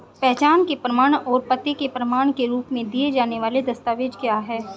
पहचान के प्रमाण और पते के प्रमाण के रूप में दिए जाने वाले दस्तावेज क्या हैं?